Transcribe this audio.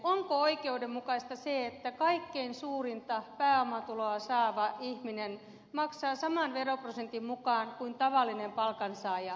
onko oikeudenmukaista se että kaikkein suurinta pääomatuloa saava ihminen maksaa saman veroprosentin mukaan kuin tavallinen palkansaaja